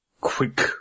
quick